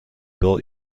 built